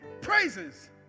praises